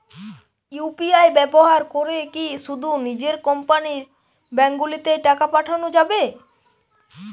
UPI ব্যবহার করে কি শুধু নিজের কোম্পানীর ব্যাংকগুলিতেই টাকা পাঠানো যাবে?